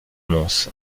mons